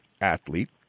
athlete